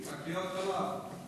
שקיות חלב.